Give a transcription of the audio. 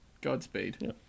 Godspeed